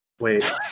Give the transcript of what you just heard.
Wait